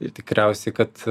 ir tikriausiai kad